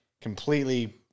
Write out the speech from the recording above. completely